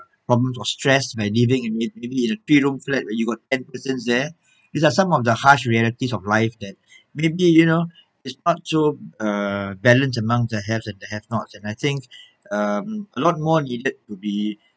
problems or stress when living in living in a three room flat where you got ten persons there these are some of the harsh realities of life that maybe you know is not so uh balance among the haves and have nots and I think um a lot more needed to be